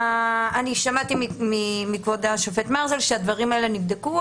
שמעתי מכבוד השופט מרזל שהדברים האלה נבדקו,